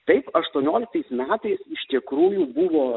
taip aštuonioliktais metais iš tikrųjų buvo